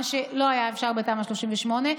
מה שלא היה אפשר בתמ"א 38,